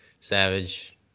Savage